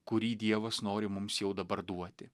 kurį dievas nori mums jau dabar duoti